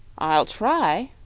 i'll try,